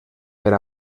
per